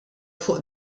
fuq